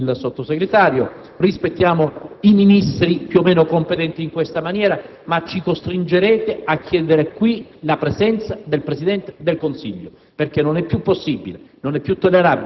perché rispettiamo il Sottosegretario e i Ministri più o meno competenti in questa materia, ma ci costringerete a chiedere qui la presenza del Presidente del Consiglio